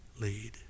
lead